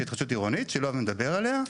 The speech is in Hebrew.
התחדשות עירונית שלא אוהבים לדבר עליה.